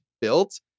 built